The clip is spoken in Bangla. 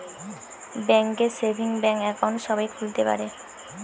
ব্যাঙ্ক এ সেভিংস ব্যাঙ্ক একাউন্ট সবাই খুলতে পারে